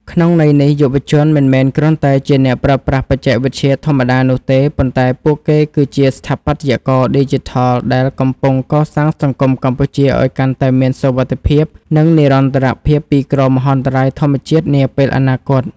ក្នុងន័យនេះ យុវជនមិនមែនគ្រាន់តែជាអ្នកប្រើប្រាស់បច្ចេកវិទ្យាធម្មតានោះទេ ប៉ុន្តែពួកគេគឺជា ស្ថាបត្យករឌីជីថល ដែលកំពុងកសាងសង្គមកម្ពុជាឱ្យកាន់តែមានសុវត្ថិភាព និងនិរន្តរភាពពីគ្រោះមហន្តរាយធម្មជាតិនាពេលអនាគត។